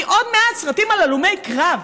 כי עוד מעט סרטים על הלומי קרב,